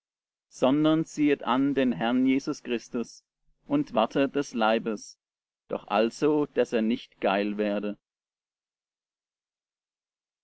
sondern ziehet an den herrn jesus christus und wartet des leibes doch also daß er nicht geil werde